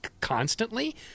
constantly